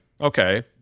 okay